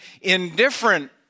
indifferent